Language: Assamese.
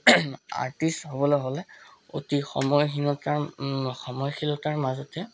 আৰ্টিষ্ট হ 'বলৈ হ'লে অতি সময়হীনতাৰ সময়শীলতাৰ মাজতে